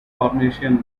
formation